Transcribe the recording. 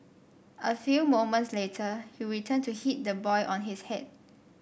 a few moments later he returned to hit the boy on his head